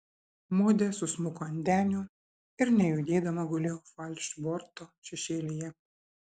modė susmuko ant denio ir nejudėdama gulėjo falšborto šešėlyje